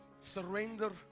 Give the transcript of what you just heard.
surrender